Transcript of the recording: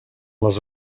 les